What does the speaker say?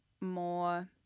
more